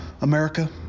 America